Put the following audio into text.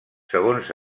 segons